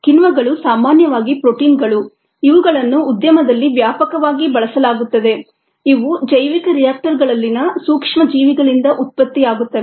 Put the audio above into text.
ಕಿಣ್ವಗಳು ಸಾಮಾನ್ಯವಾಗಿ ಪ್ರೋಟೀನ್ಗಳು ಇವುಗಳನ್ನು ಉದ್ಯಮದಲ್ಲಿ ವ್ಯಾಪಕವಾಗಿ ಬಳಸಲಾಗುತ್ತದೆ ಇವು ಜೈವಿಕ ರಿಯಾಕ್ಟರ್ಗಳಲ್ಲಿನ ಸೂಕ್ಷ್ಮಜೀವಿಗಳಿಂದ ಉತ್ಪತ್ತಿಯಾಗುತ್ತವೆ